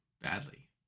badly